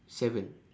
seven